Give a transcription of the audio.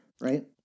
Right